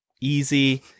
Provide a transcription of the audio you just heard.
easy